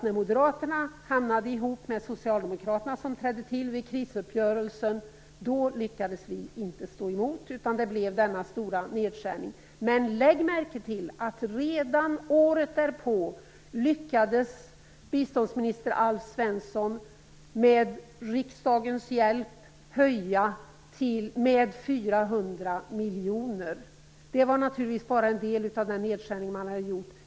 När Moderaterna hamnade ihop med Socialdemokraterna, som trädde till vid krisuppgörelsen, lyckades vi inte stå emot. Därför genomfördes denna stora nedskärning. Men lägg märke till att redan året därpå lyckades biståndsminister Alf Svensson att med riksdagens hjälp höja biståndet med 4 miljoner kronor, vilket naturligtvis bara vara en del av den nedskärning som hade gjorts.